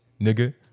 nigga